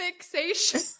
fixation